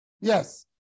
Yes